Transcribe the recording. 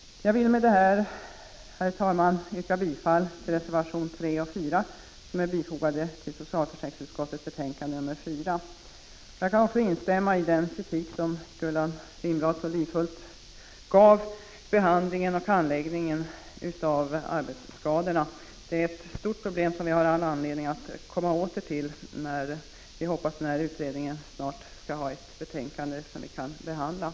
Jag vill med detta, herr talman, yrka bifall även till reservation 4 som är fogad till socialförsäkringsutskottets betänkande 4. Jag kan också instämma i den kritik som Gullan Lindblad så livfullt framförde beträffande behandlingen och handläggningen av arbetsskadorna. Det är ett stort problem, och vi har all anledning att återkomma till det när utredningen förhoppningsvis snart kommer med ett betänkande som skall behandlas.